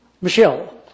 Michelle